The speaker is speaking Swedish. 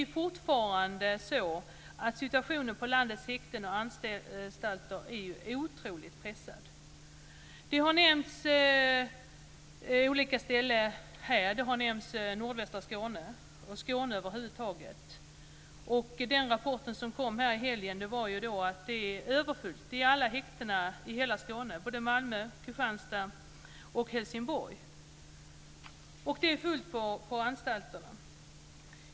Men fortfarande är situationen på landets häkten och anstalter otroligt pressad. Det har nämnts olika ställen - nordvästra Skåne och Skåne över huvud taget. Den rapport som kom i helgen visar att det är överfullt i alla häkten i hela Skåne - i Malmö, Kristianstad och Helsingborg. Det är fullt på anstalterna.